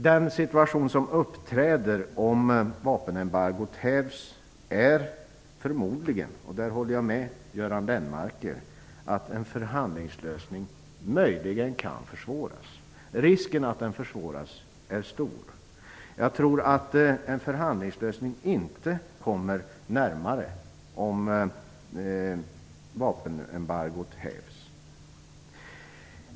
Den situation som uppstår om vapenembargot hävs är förmodligen - där håller jag med Göran Lennmarker - att en förhandlingslösning möjligen kan försvåras. Risken att den försvåras är stor. Enligt min uppfattning kommer en förhandlingslösning i varje fall inte närmare om vapenembargot hävs.